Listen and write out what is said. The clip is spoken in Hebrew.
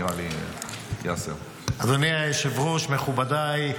--- אדוני היושב-ראש, מכובדיי,